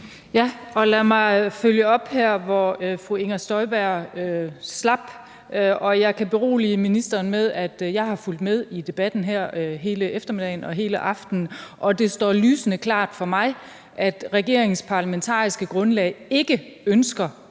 Lad mig følge op her, hvor fru Inger Støjberg slap. Jeg kan berolige ministeren med, at jeg har fulgt med i debatten her hele eftermiddagen og hele aftenen, og det står lysende klart for mig, at regeringens parlamentariske grundlag ikke ønsker,